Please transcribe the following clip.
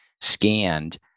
scanned